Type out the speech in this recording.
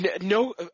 no